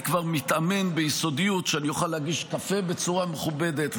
אני כבר מתאמן ביסודיות שאוכל להגיש קפה בצורה מכובדת,